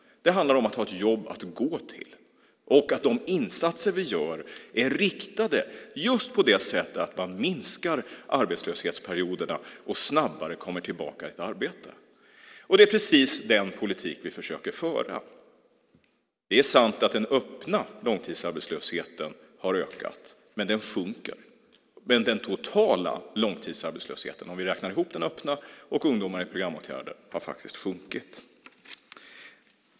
Det handlar om att ha ett jobb att gå till och om att de insatser vi gör är riktade på ett sådant sätt att man minskar arbetslöshetsperioderna och snabbare kommer tillbaka till ett arbete. Det är precis den politiken vi försöker föra. Det är sant att den öppna långtidsarbetslösheten har ökat, men den sjunker nu. Men den totala långtidsarbetslösheten, om vi räknar ihop den öppna arbetslösheten och ungdomar i programåtgärder, har faktiskt sjunkit.